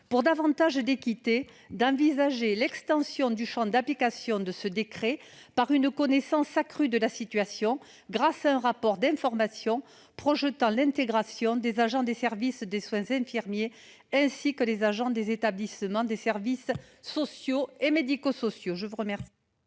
Pour davantage d'équité, il faut envisager l'extension du champ d'application de ce décret par une connaissance accrue de la situation, grâce à un rapport d'information projetant l'intégration des agents des Ssiad, ainsi que des agents des établissements et des services sociaux et médico-sociaux ! La parole